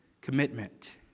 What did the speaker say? commitment